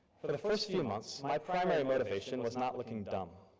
for the first few months, my primary motivation was not looking dumb.